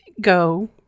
go